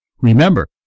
Remember